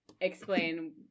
explain